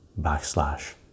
backslash